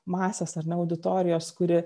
masės ar ne auditorijos kuri